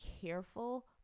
careful